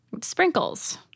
Sprinkles